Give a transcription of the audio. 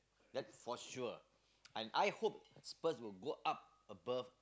that's for sure and I hope spurs will go up above